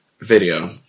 video